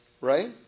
right